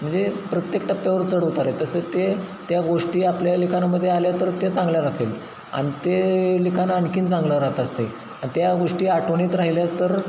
म्हणजे प्रत्येक टाप्प्यावर चढ उतार आहेत तसं ते त्या गोष्टी आपल्या लेखांमध्ये आल्या तर ते चांगल्या राहतील आणि ते लिखाण आणखी चांगलं राहत असतंय आणि त्या गोष्टी आठवणीत राहिल्या तर